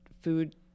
food